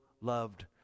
loved